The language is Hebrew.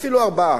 אפילו ארבעה,